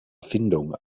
erfindung